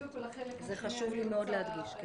חשוב לי מאוד להדגיש.